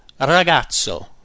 ragazzo